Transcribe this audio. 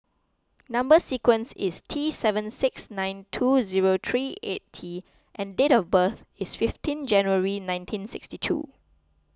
Number Sequence is T seven six nine two zero three eight T and date of birth is fifteen January nineteen sixty two